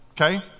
Okay